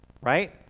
Right